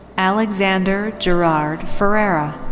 alexander gerard ferrara.